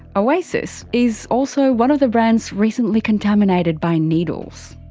ah oasis is also one of the brands recently contaminated by needles.